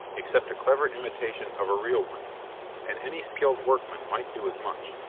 except a clever imitation of a real one and any skilled workman might do as much.